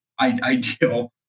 ideal